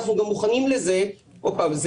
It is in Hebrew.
אנחנו גם מוכנים לזה עוד פעם,